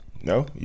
no